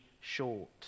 short